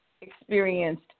experienced